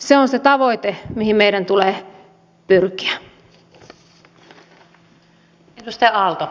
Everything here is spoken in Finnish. se on se tavoite mihin meidän tulee pyrkiä